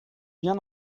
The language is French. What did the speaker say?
bien